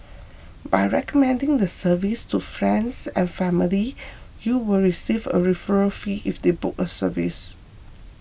by recommending the service to friends and family you will receive a referral fee if they book a service